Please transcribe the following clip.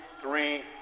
three